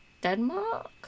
Denmark